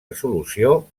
resolució